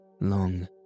long